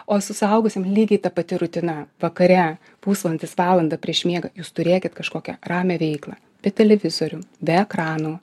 o su suaugusiem lygiai ta pati rutina vakare pusvalandis valanda prieš miegą jūs turėkit kažkokią ramią veiklą be televizorių be ekranų